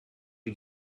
you